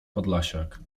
podlasiak